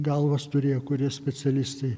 galvas turėjo kurie specialistai